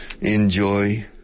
enjoy